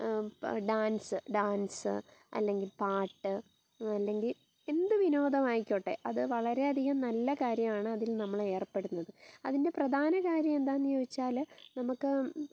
ഇപ്പം dance dance അല്ലെങ്കിൽ പാട്ട് അല്ലെങ്കിൽ എന്ത് വിനോദമായിക്കോട്ടെ അത് വളരെ അധികം നല്ല കാര്യമാണ് അതിൽ നമ്മൾ ഏർപ്പെടുന്നത് അതിൻ്റെ പ്രധാനകാര്യം എന്താന്ന് ചോദിച്ചാൽ നമുക്ക്